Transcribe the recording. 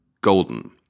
golden